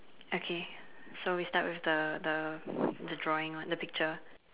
okay so we start with the the the drawing one the picture